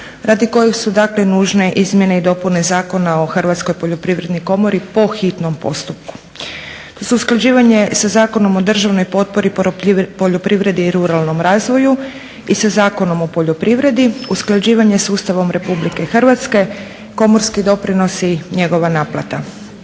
radi kojih su nužne izmjene i dopune Zakona o Hrvatskoj poljoprivrednoj komori po hitnom postupku: usklađivanje sa Zakonom o državnoj potpori poljoprivredi i ruralnom razvoju i sa Zakonom o poljoprivredi, usklađivanje s Ustavom Republike Hrvatske, komorski doprinosi, njegova naplata.